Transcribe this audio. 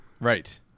right